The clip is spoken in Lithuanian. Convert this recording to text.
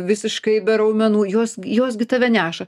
visiškai be raumenų jos jos gi tave neša